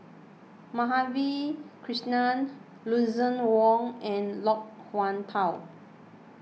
Madhavi Krishnan Lucien Wang and Loke Wan Tho